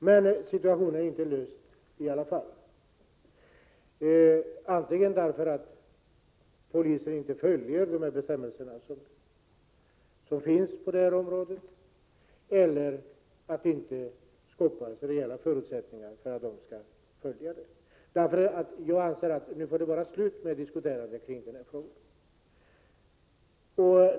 Men situationen är inte löst i alla fall — antingen följer inte polisen de bestämmelser som finns, eller så har det inte skapats reella förutsättningar för polisen att följa dem. Jag anser att det nu får vara slut med diskuterandet om denna fråga.